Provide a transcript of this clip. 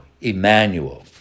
Emmanuel